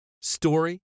story